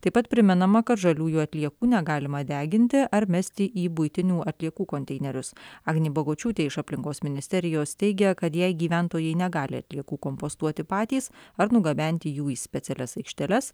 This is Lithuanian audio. taip pat primenama kad žaliųjų atliekų negalima deginti ar mesti į buitinių atliekų konteinerius agnė bagočiūtė iš aplinkos ministerijos teigia kad jei gyventojai negali atliekų kompostuoti patys ar nugabenti jų į specialias aikšteles